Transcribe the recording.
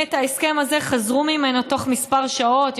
מההסכם הזה חזרו תוך כמה שעות,